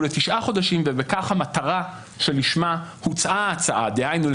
לתשעה חודשים ובכך המטרה לשמה הוצעה ההצעה דהיינו,